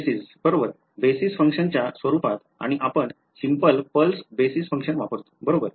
basis बरोबर basis फंक्शनच्या स्वरूपात आणि आपण सिम्पल पल्स बेस फंक्शन वापरतो बरोबर